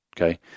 okay